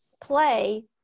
play